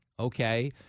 Okay